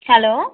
hello